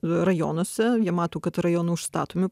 rajonuose jie mato kad rajonai užstatomi